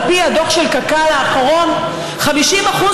על פי הדוח האחרון של קק"ל,